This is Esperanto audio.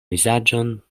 vizaĝon